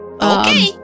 Okay